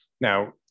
Now